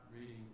reading